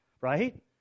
right